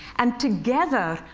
and together,